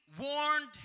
warned